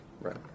Right